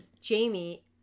Jamie